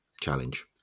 challenge